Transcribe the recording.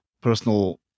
personal